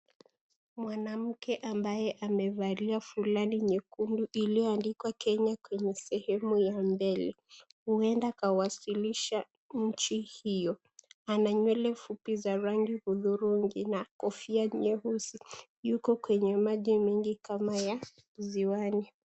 Mwanamke ambaye amevalia fulana nyekundu iliyoandikwa Kenya kwenye sehemu ya mbele, huenda akawakilisha inchi hiyo, an nywele fupi za rangi udhurungi na kofia yeusi, yuko kwenye maji mengi kama ya ziwani.